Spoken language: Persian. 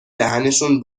دهنشون